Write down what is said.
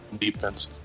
defense